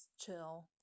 chill